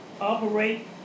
operate